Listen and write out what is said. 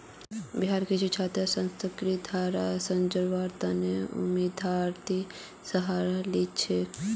बिहारेर कुछु छात्र सांस्कृतिक धरोहर संजव्वार तने उद्यमितार सहारा लिल छेक